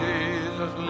Jesus